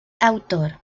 autor